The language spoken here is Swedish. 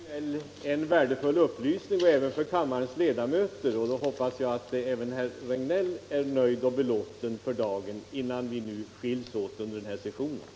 Herr talman! Jag har nu lämnat herr Regnéll en upplysning, som bör vara värdefull även för de övriga av kammarens ledamöter. Därmed hoppas jag att även herr Regnéll är nöjd och belåten för dagen, innan vi skiljs åt från detta riksmöte.